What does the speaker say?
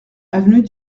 avenue